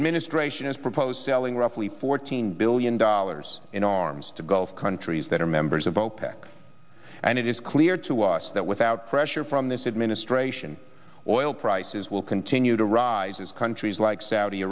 administration has proposed selling roughly fourteen billion dollars in arms to gulf countries that are members of opec and it is clear to us that without pressure from this administration oil prices will continue to rise as countries like saudi